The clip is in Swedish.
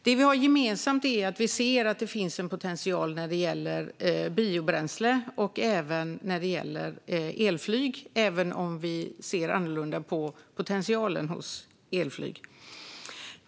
Det som vi har gemensamt är att vi ser att det finns en potential när det gäller biobränsle och också när det gäller elflyg, även om vi ser annorlunda på potentialen hos elflyg.